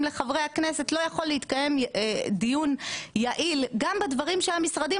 לחברי הכנסת לא יכול להתקיים דיון יעיל גם דברם שהמשרדים